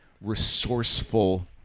resourceful